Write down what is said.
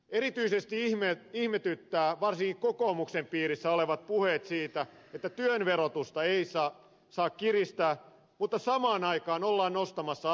erityisesti ihmetyttää varsinkin kokoomuksen piirissä olevat puheet siitä että työn verotusta ei saa kiristää mutta saman aikaan ollaan nostamassa arvonlisäveroa